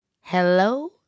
hello